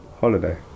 Holiday